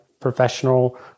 professional